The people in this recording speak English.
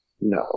No